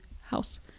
House